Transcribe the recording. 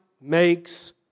makes